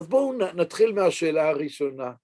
אז בואו נתחיל מהשאלה הראשונה.